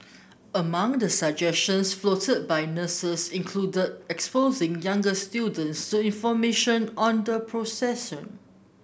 among the suggestions floated by nurses included exposing younger students to information on the procession